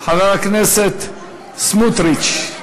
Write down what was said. חבר הכנסת סמוטריץ.